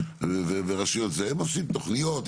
והם עושים תוכניות,